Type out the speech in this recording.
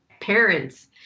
parents